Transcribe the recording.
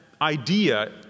Idea